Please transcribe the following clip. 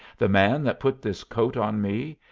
the man that put this coat on me,